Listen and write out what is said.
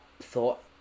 thought